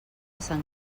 sant